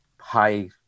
high